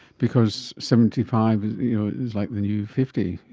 because seventy five is like the new fifty,